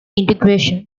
integration